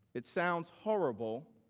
it sounds horrible